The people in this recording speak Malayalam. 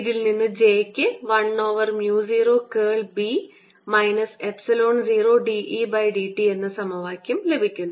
ഇതിൽ നിന്ന് j യ്ക്ക് 1 ഓവർ mu 0 കേൾ B minus epsilon 0 dE dt എന്ന സമവാക്യം ലഭിക്കുന്നു